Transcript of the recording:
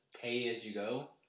pay-as-you-go